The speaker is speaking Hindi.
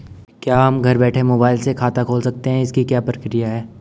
क्या हम घर बैठे मोबाइल से खाता खोल सकते हैं इसकी क्या प्रक्रिया है?